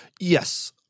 Yes